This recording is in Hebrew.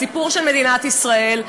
הסיפור של מדינת ישראל,